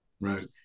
Right